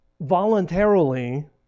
voluntarily